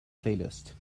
playlist